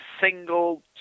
single